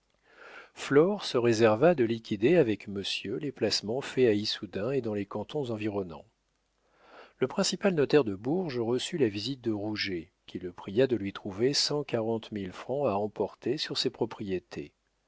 se réserva de liquider avec monsieur les placements faits à issoudun et dans les cantons environnants le principal notaire de bourges reçut la visite de rouget qui le pria de lui trouver cent quarante mille francs à emprunter sur ses propriétés